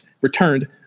returned